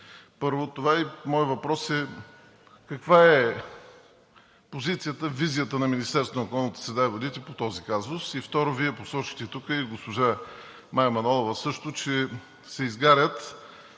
Първо това. Моят въпрос е: каква е позицията, визията на Министерството на околната среда и водите по този казус и, второ, Вие посочихте тук и госпожа Мая Манолова също, че се изгарят